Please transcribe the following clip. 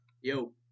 Yo